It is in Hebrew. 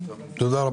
תודה.